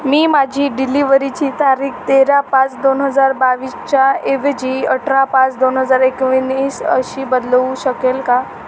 मी माझी डिलिव्हरीची तारीख तेरा पाच दोन हजार बावीसच्या ऐवजी अठरा पाच दोन हजार एकोणीस अशी बदलू शकेल का